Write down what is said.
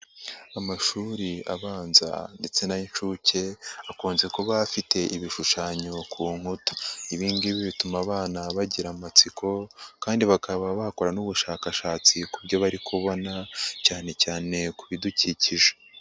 Amashuri abanza ndetse n'ay'inshuke akunze kuba afite ibishushanyo ku nkuta, ibi ngibi bituma abana bagira amatsiko kandi bakaba bakora n'ubushakashatsi ku byo bari kubona cyane cyane ku bidukikije.